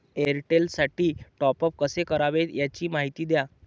एअरटेलसाठी टॉपअप कसे करावे? याची माहिती द्या